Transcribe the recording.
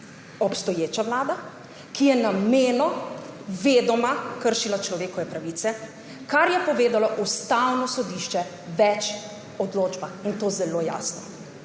obstoječa vlada, ki je namerno, vedoma kršila človekove pravice, kar je povedalo Ustavno sodišče v več odločbah, in to zelo jasno.